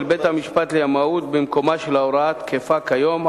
בית-המשפט לימאות במקומה של ההוראה התקפה כיום,